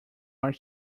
war